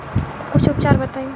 कुछ उपचार बताई?